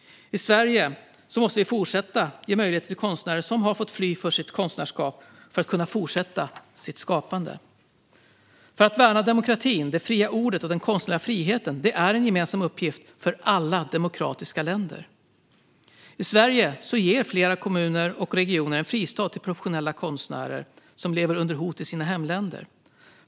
I Sverige måste vi fortsätta att ge möjlighet till konstnärer som har fått fly för sitt konstnärskap att fortsätta sitt skapande. Att värna demokratin, det fria ordet och den konstnärliga friheten är en gemensam uppgift för alla demokratiska länder. I Sverige ger flera kommuner och regioner en fristad till professionella konstnärer som lever under hot i sina hemländer.